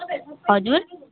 हजुर